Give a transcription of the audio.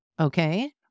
Okay